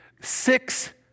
six